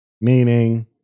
meaning